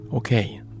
Okay